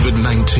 COVID-19